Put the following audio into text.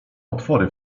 otwory